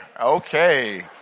Okay